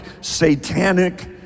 satanic